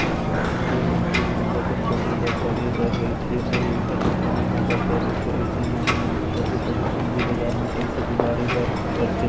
जेन मनखे मन ल कंपनी ल खड़े बर रहिथे अउ ओखर कंपनी ह बड़का रहिथे अइसन म ओमन ह कभू कभू पूंजी बजार म पइसा जुगाड़े बर परथे